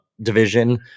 division